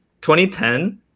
2010